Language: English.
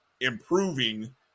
improving